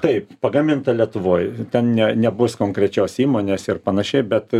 taip pagaminta lietuvoj ten ne nebus konkrečios įmonės ir panašiai bet